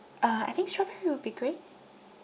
uh I think strawberry will be great